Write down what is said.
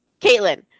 Caitlin